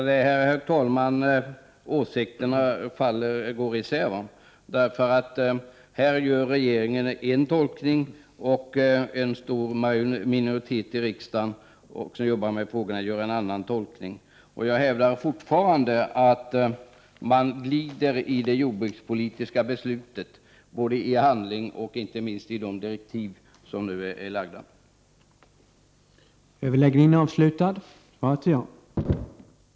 Herr talman! Åsikterna går isär. Regeringen gör en tolkning och en stor minoritet i riksdagen som också arbetar med frågorna gör en annan tolkning. Jag hävdar fortfarande att man glider ifrån det jordbrukspolitiska beslutet, i handling och inte minst i de direktiv som nu har lagts fram.